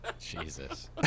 Jesus